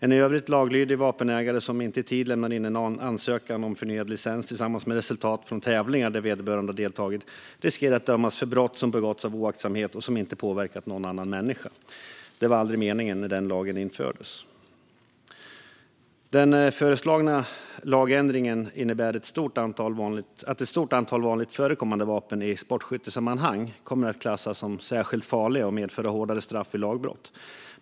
En i övrigt laglydig vapenägare som inte i tid lämnar in en ansökan om förnyad licens tillsammans med resultat från tävlingar där vederbörande har deltagit riskerar att dömas för brott som begåtts av oaktsamhet och som inte påverkat någon annan människa. Det var aldrig meningen när denna lag infördes. Den föreslagna lagändringen innebär att ett stort antal vanligt förekommande vapen i sportskyttesammanhang kommer att klassas som särskilt farliga och medföra hårdare straff vid lagbrott.